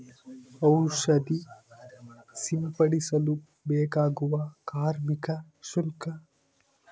ಔಷಧಿ ಸಿಂಪಡಿಸಲು ಬೇಕಾಗುವ ಕಾರ್ಮಿಕ ಶುಲ್ಕ?